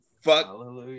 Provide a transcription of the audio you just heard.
fuck